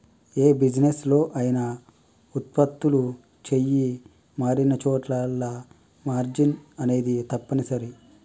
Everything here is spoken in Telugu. యే బిజినెస్ లో అయినా వుత్పత్తులు చెయ్యి మారినచోటల్లా మార్జిన్ అనేది తప్పనిసరి